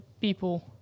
people